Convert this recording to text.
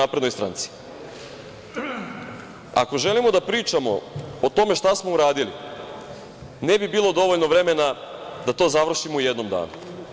Ako želimo da pričamo o tome šta smo uradili, ne bi bilo dovoljno vremena da to završimo u jednom danu.